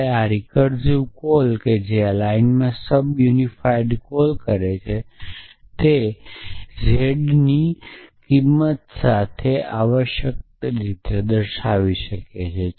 આપણે તેથી કે આ રિકર્સીવ કોલ જે આ લાઇનમાં સબ યુનિફાઇટ કોલ છે તે z ની કિંમત સાથે z સાથે આવશ્યક છે